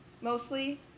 mostly